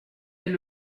est